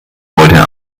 heute